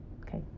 okay